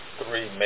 three